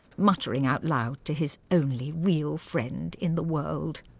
muttering out loud to his only real friend in the world.